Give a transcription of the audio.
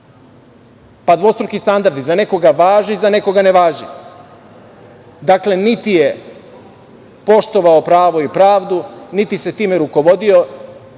pa dvostruki standardi, za nekoga važi, za nekoga ne važi. Dakle, niti je poštovao pravo i pravdu, niti se time rukovodio,